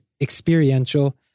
experiential